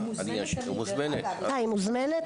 אה, היא מוזמנת?